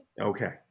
Okay